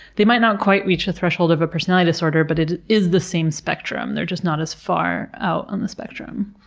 they might not quite reach the threshold of a personality disorder. but it is the same spectrum, they're just not as far out on the spectrum.